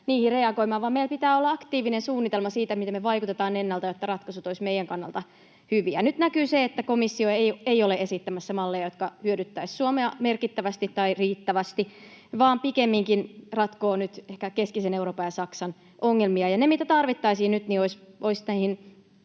niihin reagoimaan, vaan meillä pitää olla aktiivinen suunnitelma, miten me vaikutetaan ennalta, että ratkaisut olisivat meidän kannalta hyviä. Nyt näkyy, että komissio ei ole esittämässä malleja, jotka hyödyttäisivät Suomea merkittävästi tai riittävästi, vaan pikemminkin ratkoo nyt ehkä keskisen Euroopan ja Saksan ongelmia. Se, mitä tarvittaisiin nyt, olisi